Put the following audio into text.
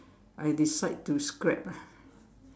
I decide to scrap ah